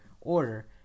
order